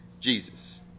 Jesus